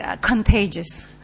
contagious